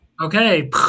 Okay